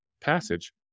passage